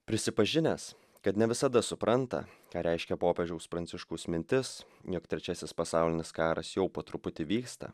prisipažinęs kad ne visada supranta ką reiškia popiežiaus pranciškaus mintis juk trečiasis pasaulinis karas jau po truputį vyksta